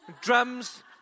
drums